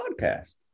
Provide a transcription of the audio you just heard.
podcast